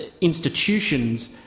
institutions